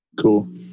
Cool